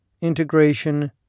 Integration